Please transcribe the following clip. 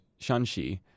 Shanxi